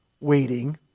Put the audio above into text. waiting